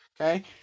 Okay